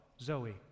zoe